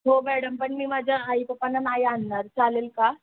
हो मॅडम पण मी माझ्या आईपप्पांना नाही आणणार चालेल का